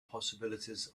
possibilities